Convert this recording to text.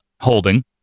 holding